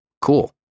Cool